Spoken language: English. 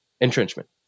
entrenchment